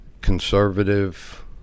conservative